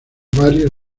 varios